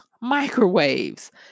microwaves